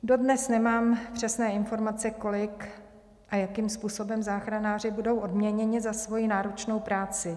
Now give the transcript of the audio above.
Dodnes nemám přesné informace, kolik a jakým způsobem záchranáři budou odměněni za svoji náročnou práci.